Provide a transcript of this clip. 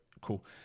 cool